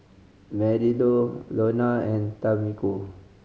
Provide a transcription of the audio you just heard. Marylou Launa and Tamiko